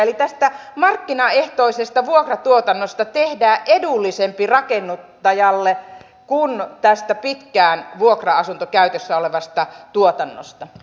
eli tästä markkinaehtoisesta vuokratuotannosta tehdään edullisempi rakennuttajalle kuin tästä pitkään vuokra asuntokäytössä olevasta tuotannosta